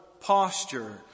posture